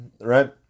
right